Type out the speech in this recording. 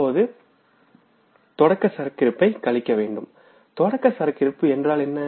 இப்போது தொடக்க சரக்கிருப்பை கழிக்கவேண்டும்தொடக்க சரக்கிரப்பு என்றால் என்ன